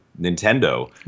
Nintendo